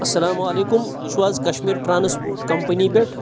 اَسَلامُ علیکُم تُہۍ چھِو حظ کَشمیٖر ٹرٛانَسپوٹ کَمپٔنی پٮ۪ٹھ